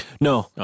No